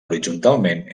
horitzontalment